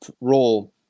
role